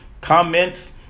comments